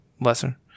lesser